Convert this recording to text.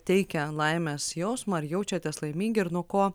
teikia laimės jausmą ar jaučiatės laimingi ir nuo ko